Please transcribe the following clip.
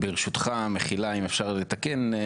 ברשותך מחילה, אם אפשר לתקן.